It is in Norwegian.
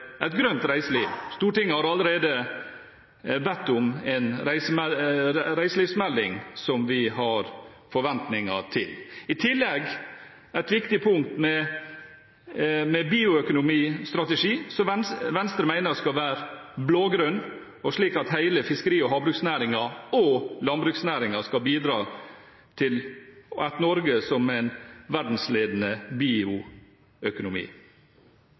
et grønt reiseliv. Stortinget har allerede bedt om en reiselivsmelding som vi har forventninger til. I tillegg er bioøkonomistrategi et viktig punkt, som Venstre mener skal være blå-grønn, slik at hele fiskeri- og havbruksnæringen og landbruksnæringen skal bidra til et Norge som er verdensledende i bioøkonomi.